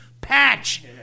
patch